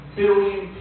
billion